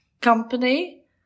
company